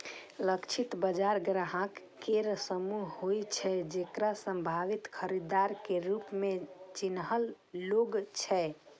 लक्षित बाजार ग्राहक केर समूह होइ छै, जेकरा संभावित खरीदार के रूप मे चिन्हल गेल छै